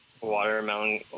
Watermelon